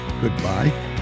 Goodbye